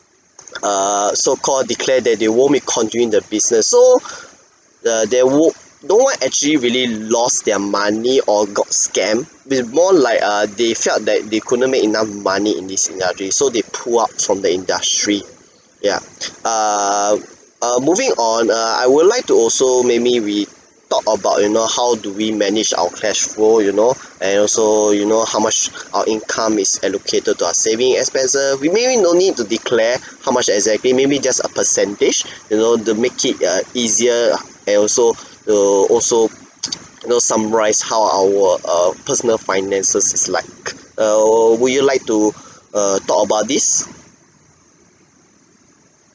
err so-called declared that they won't be continuing the business so there wo~ no one actually really lost their money or got scammed it's more like err they felt that they couldn't make enough money in this synergy so they pull out from the industry ya err uh moving on err I would like to also maybe we talk about you know how do we manage our cash flow you know and also you know how much our income is allocated to our saving expenses we may be no need to declare how much exactly maybe just a percentage you know to make it err easier ah and also to also you also know summarise how our err personal finances is like err would you like to err talk about this ya